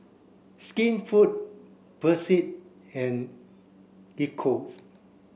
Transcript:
Skinfood Persil and Eccos